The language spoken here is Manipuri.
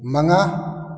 ꯃꯉꯥ